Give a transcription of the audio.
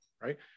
right